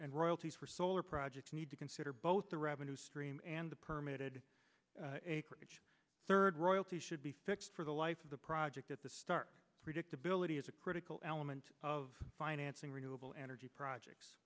and royalties for solar projects need to consider both the revenue stream and the permitted acreage third royalty should be fixed for the life of the project at the start predictability is a critical element of financing renewable energy projects